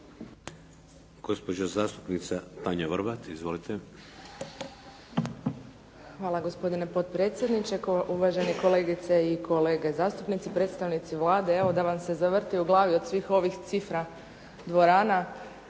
Hvala gospodine potpredsjedniče. Uvaženi kolege i kolege zastupnici, predstavnici Vlade. Evo, da vam se zavrti u glavi od svih ovih cifri dvorana.